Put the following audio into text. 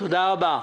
תודה רבה.